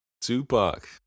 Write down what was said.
tupac